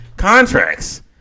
Contracts